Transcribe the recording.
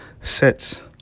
sets